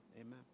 Amen